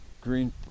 green